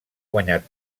guanyat